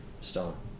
stone